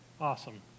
Awesome